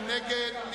מי נגד?